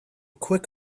quick